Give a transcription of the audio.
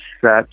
set